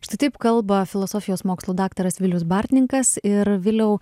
štai taip kalba filosofijos mokslų daktaras vilius bartninkas ir viliau